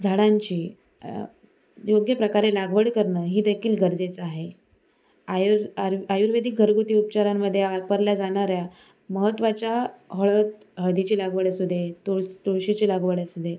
झाडांची योग्यप्रकारे लागवड करणं हीदेखील गरजेचं आहे आयुर् आरु आयुर्वेदिक घरगुती उपचारांमध्ये वापरल्या जाणाऱ्या महत्त्वाच्या हळद हळदीची लागवड असू दे तुळस् तुळशीची लागवड असू दे